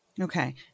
Okay